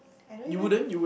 I don't even